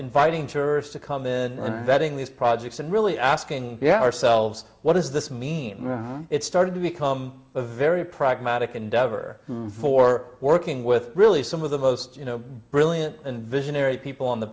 inviting jurors to come in and vetting these projects and really asking ourselves what does this mean it started to become a very pragmatic endeavor for working with really some of the most you know brilliant and visionary people on the